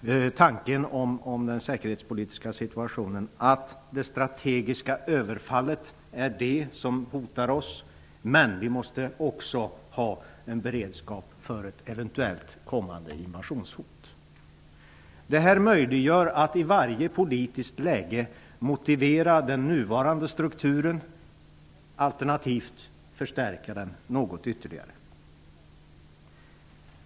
det gäller den säkerhetspolitiska situationen är, att det som hotar oss är det strategiska överfallet, men att vi också måste ha en beredskap för ett eventuellt kommande invasionshot. Detta möjliggör att i varje politiskt läge motivera den nuvarande sturkturen, alternativt förstärka den något ytterligare.